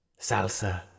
Salsa